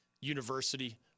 university